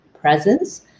presence